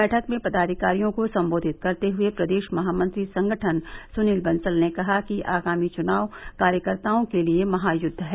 बैठक में पदाधिकारियों को संबोधित करते हुए प्रदेश महामंत्री संगठन सुनील बंसल ने कहा कि आगामी चुनाव कार्यकर्ताओं के लिए महायुद्व है